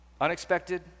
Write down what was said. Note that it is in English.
Unexpected